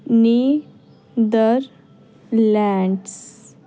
Netherlands